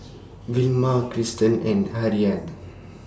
Vilma Kristan and Harriet